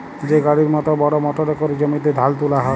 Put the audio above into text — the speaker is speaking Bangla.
যে গাড়ির মত বড় মটরে ক্যরে জমিতে ধাল তুলা হ্যয়